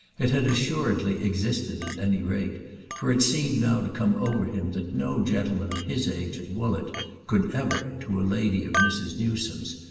it had assuredly existed at any rate for it seemed now to come over him that no gentleman of his age at woollett could ever, to a lady of mrs. newsome's,